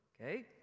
okay